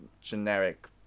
generic